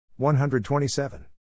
127